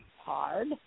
hard